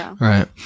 right